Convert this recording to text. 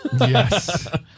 Yes